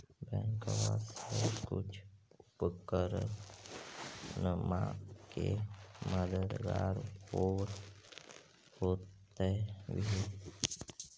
बैंकबा से कुछ उपकरणमा के मददगार होब होतै भी?